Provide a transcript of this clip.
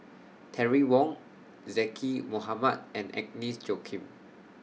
Terry Wong Zaqy Mohamad and Agnes Joaquim